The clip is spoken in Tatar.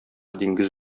диңгез